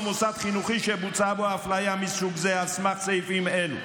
מוסד חינוכי שבוצעה בו אפליה מסוג זה על סמך סעיפים אלו.